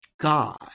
God